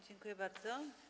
Dziękuję bardzo.